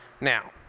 Now